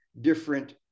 different